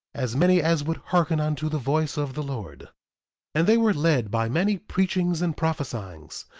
as many as would hearken unto the voice of the lord and they were led by many preachings and prophesyings.